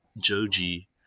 Joji